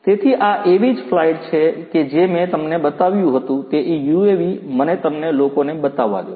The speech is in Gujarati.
તેથી આ એવી જ ફ્લાઇટ છે કે જે મેં તમને બતાવ્યું હતું તે યુએવી મને તમને લોકોને બતાવવા દો